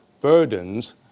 burdens